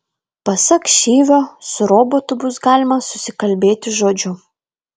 pasak šivio su robotu bus galima susikalbėti žodžiu